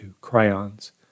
crayons